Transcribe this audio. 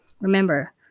remember